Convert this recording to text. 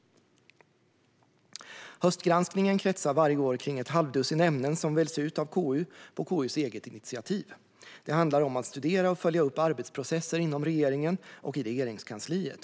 Höstgranskningen kretsar varje år kring ett halvdussin ämnen som väljs ut av KU på KU:s eget initiativ. Det handlar om att studera och följa upp arbetsprocesser inom regeringen och i Regeringskansliet.